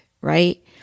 right